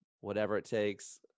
Whatever-It-Takes